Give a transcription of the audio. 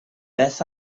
beth